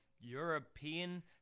European